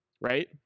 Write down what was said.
right